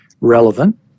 relevant